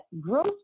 growth